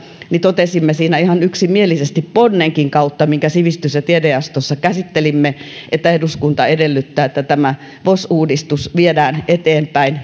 totesimme siinä ihan yksimielisesti ponnenkin kautta minkä sivistys ja tiedejaostossa käsittelimme että eduskunta edellyttää että tämä vos uudistus viedään eteenpäin